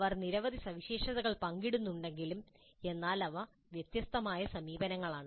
അവർ നിരവധി സവിശേഷതകൾ പങ്കിടുന്നുണ്ടെങ്കിലും എന്നാൽ അവ വ്യത്യസ്തമായ സമീപനങ്ങളാണ്